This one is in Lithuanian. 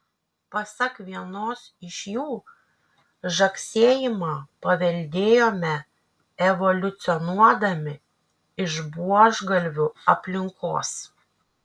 pasak vienos iš jų žagsėjimą paveldėjome evoliucionuodami iš buožgalvių aplinkos